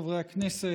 חברי הכנסת,